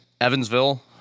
Evansville